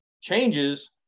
changes